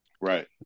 Right